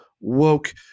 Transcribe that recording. woke